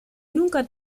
nunca